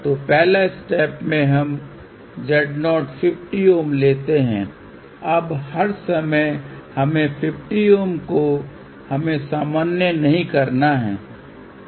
तो पहला स्पेप मे हम Z0 50 Ω लेते है अब हर समय हमें 50Ω को हमे सामान्य नहीं करना है